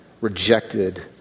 rejected